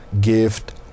gift